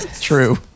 true